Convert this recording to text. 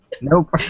Nope